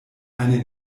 eine